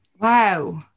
Wow